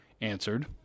answered